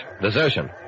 Desertion